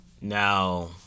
Now